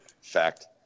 Fact